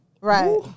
Right